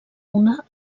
una